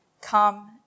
come